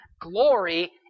glory